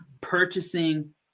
purchasing